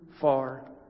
far